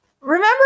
Remember